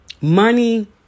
Money